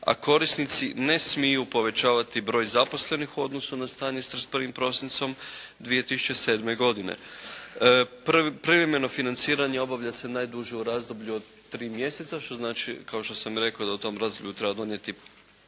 a korisnici ne smiju povećavati broj zaposlenih u odnosu na stanje s 31. prosincom 2007. godine. Privremeno financiranje obavlja se najduže u razdoblju od 3 mjeseca, što znači kao što sam rekao da u tom razdoblju treba donijeti